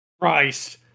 Christ